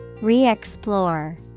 re-explore